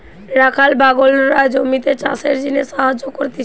রাখাল বাগলরা জমিতে চাষের জিনে সাহায্য করতিছে